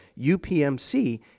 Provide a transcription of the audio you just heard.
UPMC